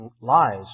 lies